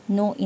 no